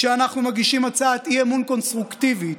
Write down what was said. כשאנחנו מגישים הצעת אי-אמון קונסטרוקטיבית,